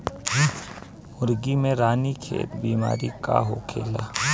मुर्गी में रानीखेत बिमारी का होखेला?